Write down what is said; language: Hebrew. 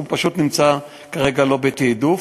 הוא פשוט נמצא כרגע לא בתעדוף,